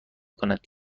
کند